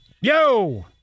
Yo